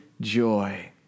joy